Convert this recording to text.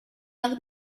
other